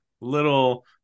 little